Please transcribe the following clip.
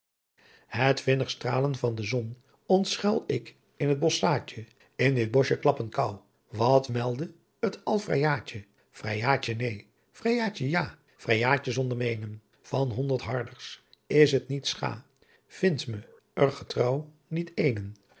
het vinnigh straalen van de zon ontschuil ik in t bosschaadje indien dit bosje klappen kou wat melde t al vrijaadje vrijaadje neen vrijaadje jaa vrijaadje zonder meenen van hondert harders is t niet schaâ vindtme r getrouw niet eenen